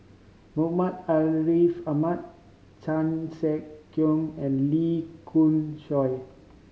Muhammad Ariff Ahmad Chan Sek Keong and Lee Khoon Choy